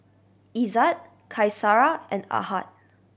Izzat Qaisara and Ahad